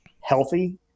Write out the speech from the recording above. healthy